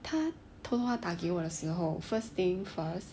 他通话打给我的时候 first thing first